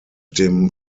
dem